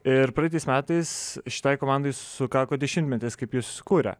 ir praeitais metais šitai komandai sukako dešimtmetis kaip ji susikūrė